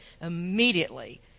immediately